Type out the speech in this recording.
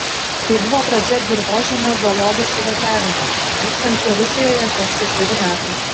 tai buvo pradžia dirvožemio zoologų suvažiavimų vykstančių rusijoje kas ketveri metai